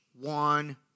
one